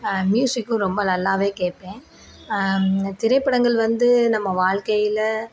மியூசிக்கும் ரொம்ப நல்லா கேட்பேன் திரைப்படங்கள் வந்து நம்ம வாழ்க்கையில்